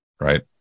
right